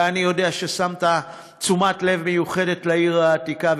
ואני יודע שהקדשת תשומת לב מיוחדת לעיר העתיקה,